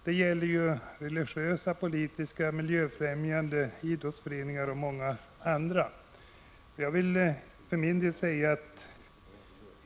Det gäller religiösa, politiska och miljöfrämjande organisationer, idrottsföreningar och många andra.